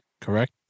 correct